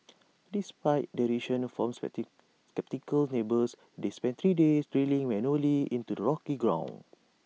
despite derision the from sceptical neighbours they spent three days drilling manually into the rocky ground